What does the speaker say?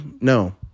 no